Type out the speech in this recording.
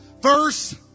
verse